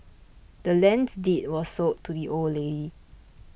the land's deed was sold to the old lady